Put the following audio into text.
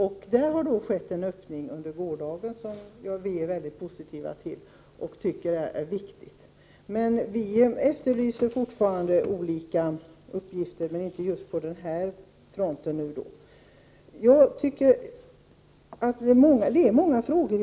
Men på den punkten skedde en öppning under gårdagen som vi är mycket positiva till och som vi tycker är viktig. Fortfarande efterlyser vi dock olika andra uppgifter. Det är många frågor som inryms här, eftersom registret är så brett.